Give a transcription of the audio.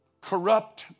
corrupt